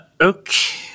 okay